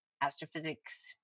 astrophysics